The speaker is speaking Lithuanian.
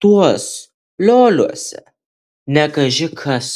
tuos lioliuose ne kaži kas